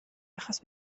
achos